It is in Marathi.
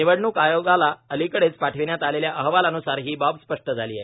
निवडणूक आयोगाला अलीकडेच पाठविण्यात आलेल्या अहवालान्सार ही बाब स्पष्ट झाली आहे